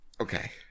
okay